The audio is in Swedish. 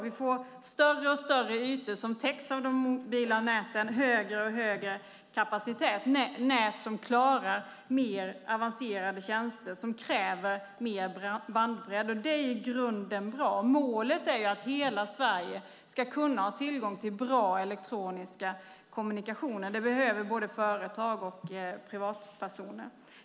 Vi får större och större ytor som täcks av de mobila näten och högre och högre kapacitet - nät som klarar mer avancerade tjänster som kräver mer bandbredd. Det är i grunden bra. Målet är att hela Sverige ska ha tillgång till bra elektroniska kommunikationer. Det behöver både företag och privatpersoner.